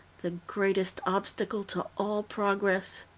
the greatest obstacle to all progress.